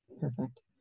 Perfect